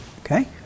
Okay